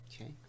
Okay